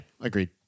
agreed